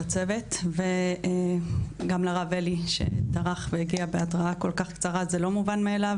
לצוות וגם לרב אלי שטרח והגיע בהתראה כל כך קצרה זה לא מובן מאליו,